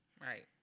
Right